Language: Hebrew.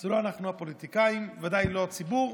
אלו לא אנחנו, הפוליטיקאים, בוודאי לא הציבור,